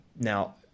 Now